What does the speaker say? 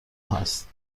هست